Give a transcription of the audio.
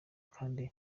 kandi